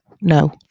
No